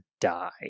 die